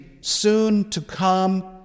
soon-to-come